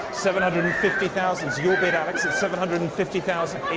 seven hundred and fifty thousand to your bid alex at seven hundred and fifty thousand.